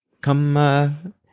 Come